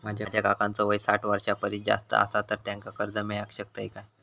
माझ्या काकांचो वय साठ वर्षां परिस जास्त आसा तर त्यांका कर्जा मेळाक शकतय काय?